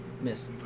Miss